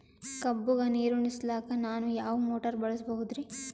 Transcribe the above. ಕಬ್ಬುಗ ನೀರುಣಿಸಲಕ ನಾನು ಯಾವ ಮೋಟಾರ್ ಬಳಸಬಹುದರಿ?